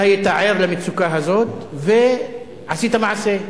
אתה היית ער למצוקה הזאת ועשית מעשה.